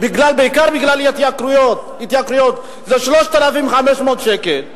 ובעיקר בגלל ההתייקרויות זה 3,500 שקל,